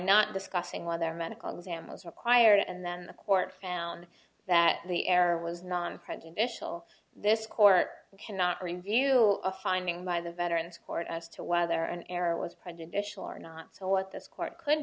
not discussing whether a medical exam was required and then the court found that the error was non prejudicial this court cannot reveal a finding by the veterans court as to whether an error was prejudicial are not so what this court c